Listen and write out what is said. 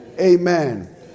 Amen